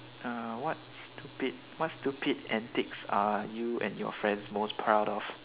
uh what stupid what stupid antics are you and your friends most proud of